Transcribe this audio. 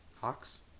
Hawks